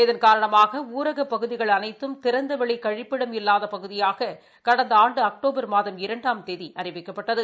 இதன் காரணமாக ஊரகப்பகுதிகள் அனைத்தும் திறந்தவெளி கழிப்பிடம் இல்லாத பகுதியாக கடந்த ஆண்டு அக்டோபர் மாதம் இரண்டாம் தேதி அறிவிக்கப்பட்டது